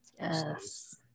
yes